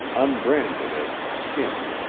unbranded as to skin,